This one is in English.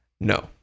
no